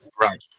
right